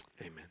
Amen